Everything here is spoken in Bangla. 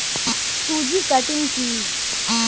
টু জি কাটিং কি?